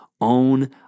own